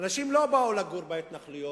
אנשים לא באו לגור בהתנחלויות.